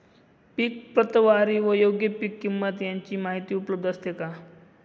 पीक प्रतवारी व योग्य पीक किंमत यांची माहिती उपलब्ध असते का?